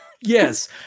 Yes